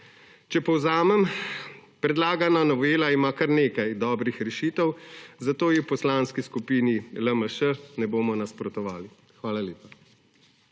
Če povzamem predlagana novela ima kar nekaj dobrih rešitev, zato ji v Poslanski skupini LMŠ ne bomo nasprotovali. Hvala lepa.